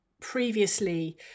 previously